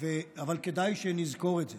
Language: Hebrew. אבל כדאי שנזכור את זה.